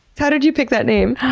how did you pick that name?